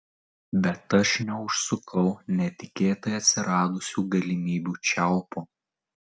bet aš neužsukau netikėtai atsiradusių galimybių čiaupo